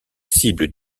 cible